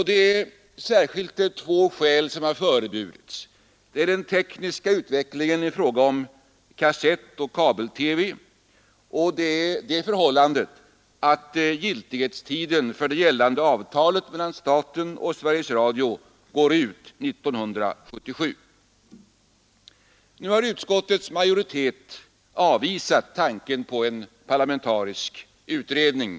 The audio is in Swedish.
Det är särskilt två skäl som har föreburits — den tekniska utvecklingen i fråga om kassettoch kabel-TV och det förhållandet att giltighetstiden för det gällande avtalet mellan staten och Sveriges Radio går ut 1977. Nu har utskottets majoritet tyvärr avvisat tanken på en parlamentarisk utredning.